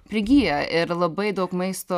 prigyja ir labai daug maisto